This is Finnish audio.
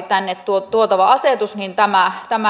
tänne tuotava asetus